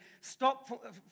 stop